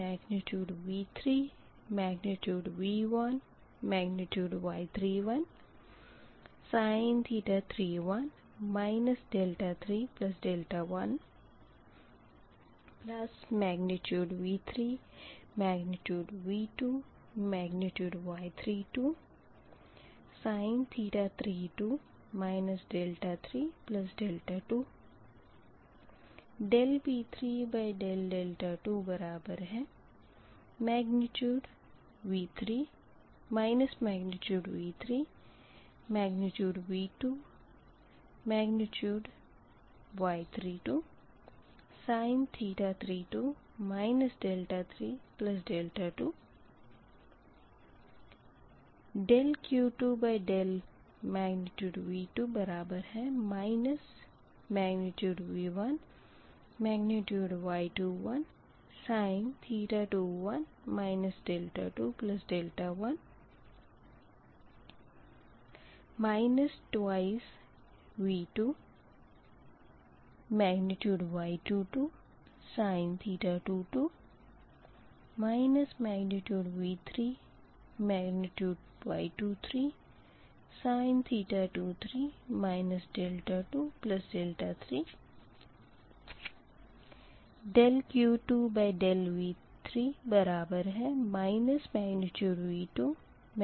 यह dQ2dV2 बराबर है माइनस V1 Y21 फिर sin 21 21 2V2Y22 sin V3Y23 sin 23 23 यहाँ dQ2dV3 केवल एक टर्म है V2Y23sin 23 23 इस से आगे dQ3dV2 V3Y32sin 32 32 है